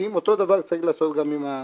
אותו דבר צריך לעשות גם עם האנטנות.